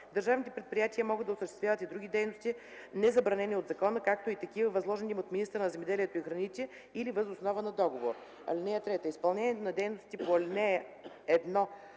Държавните предприятия могат да осъществяват и други дейности, незабранени от закона, както и такива, възложени им от министъра на земеделието и храните или въз основа на договор. (3) Изпълнението на дейностите по ал. 1,